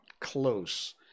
close